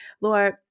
lord